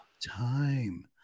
Time